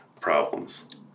problems